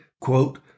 quote